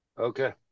Okay